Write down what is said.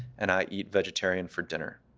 and i eat vegetarian for dinner.